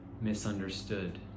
misunderstood